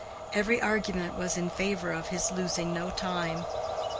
every argument was in favor of his losing no time.